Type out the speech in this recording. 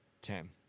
Tim